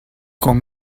com